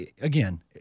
again